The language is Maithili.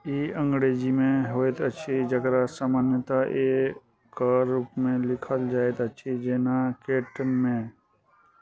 ई अङ्गरेजीमे होइत अछि जकरा सामान्यतया एक रूपमे लिखल जाइत अछि जेना कैटमे